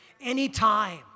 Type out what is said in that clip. anytime